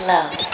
Love